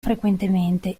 frequentemente